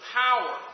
power